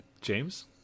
James